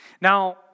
Now